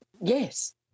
yes